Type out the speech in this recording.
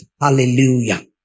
Hallelujah